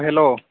hello